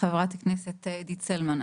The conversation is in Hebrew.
חברת הכנסת עידית סילמן,